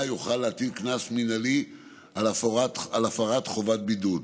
יוכל להטיל קנס מינהלי על הפרת חובת בידוד.